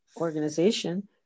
organization